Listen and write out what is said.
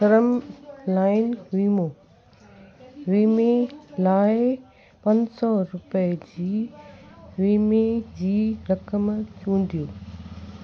term लाइन वीमो वीमे लाइ पंज सौ रुपए जी वीमे जी रक़म चूंडियो